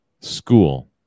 School